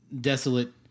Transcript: desolate